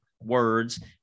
words